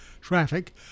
traffic